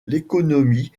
l’économie